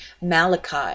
Malachi